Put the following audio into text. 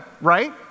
Right